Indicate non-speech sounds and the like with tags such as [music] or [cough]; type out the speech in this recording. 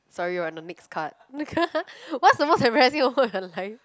sorry we're on the next card [laughs] what's the most embarrassing moment of your life